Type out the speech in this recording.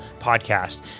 Podcast